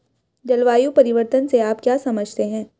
जलवायु परिवर्तन से आप क्या समझते हैं?